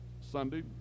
Sunday